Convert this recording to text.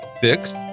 fixed